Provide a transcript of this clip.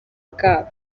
bwabo